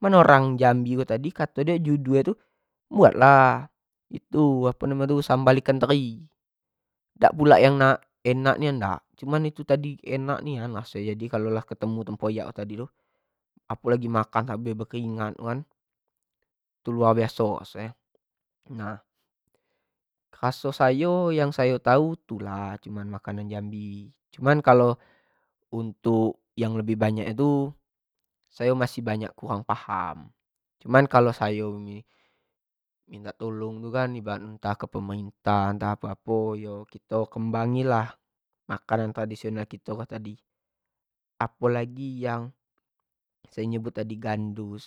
Mano orang jambi ko tadi kato nyo judu e tadi tu buat lah itu apo namo nyo tadi sambal ikan teri, dak pulak yang dak enak pulak dak, cuma iyo tu tadi enank nian raso nyo jadi kalo lah ketemu tempoyak tad tu apo lagi lah makan sambal bekeringat kan, tu laur baiso raso e, nah raso sayo yang sayo tau tu lah makanan jambi, cuma kalo untuk yang lebih banyak nyo tadi tu sayo lebih banyak kurang paham, cuma kalo sayo minta tolong ibarat kan ntah ke pemerintah, ntah apo-apo yo kiot kembangin lah makanan tradisional kito ko tadi apo lagi yang sayo nyebut nyo tadi gandus,